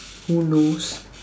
who knows